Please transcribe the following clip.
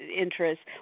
interests